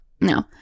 No